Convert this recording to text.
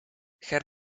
herr